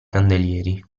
candelieri